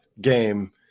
game